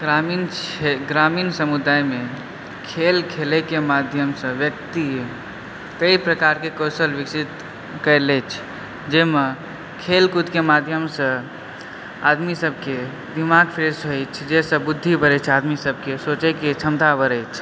ग्रामीण क्षेत्र ग्रामीण समुदाय मे खेल खेलै के माध्यम सॅं व्यक्ति ताहि प्रकार के कौशल विकसित करि लै छै जाहिमे खेल कूद के माध्यम सॅं आदमी सबके दिमाग फ्रेस होइ छै जाहिसॅं बुद्धि बढ़ै छै आदमी सबके सोचय के क्षमता बढ़ै छै